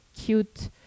cute